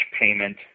payment